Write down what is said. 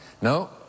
No